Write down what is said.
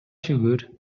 шүгүр